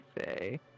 say